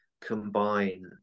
combine